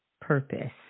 purpose